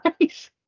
right